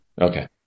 Okay